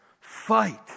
fight